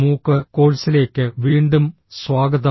മൂക്ക് കോഴ്സിലേക്ക് വീണ്ടും സ്വാഗതം